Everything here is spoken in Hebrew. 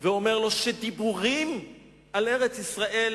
ואמר לו שדיבורים על ארץ-ישראל,